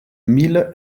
mille